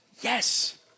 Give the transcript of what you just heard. yes